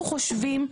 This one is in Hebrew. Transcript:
אנחנו חושבים,